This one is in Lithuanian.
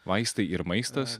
vaistai ir maistas